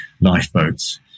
lifeboats